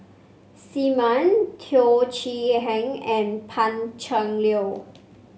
Aim Ann Teo Chee Hean and Pan Cheng Lui